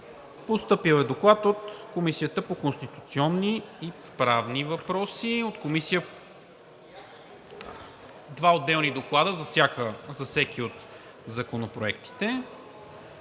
Постъпил е Доклад от Комисията по конституционни и правни въпроси – два отделни доклада за всеки от законопроектите.